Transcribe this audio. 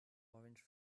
orange